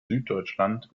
süddeutschland